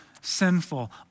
sinful